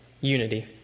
unity